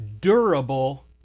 durable